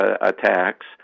attacks